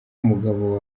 umugabo